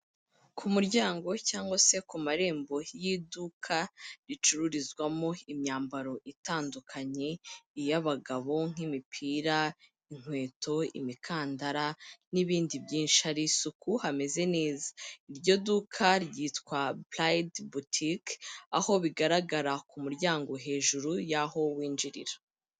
Ku muryango cyangwa se ku marembo y'iduka ricururizwamo imyambaro itandukanye iy'abagabo nk'imipira, inkweto, imikandara n'ibindi byinshi. Hari isuku, hameze neza, iryo duka ryitwa purayidi botike aho bigaragara ku muryango hejuru y'aho winjirira.